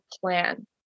plan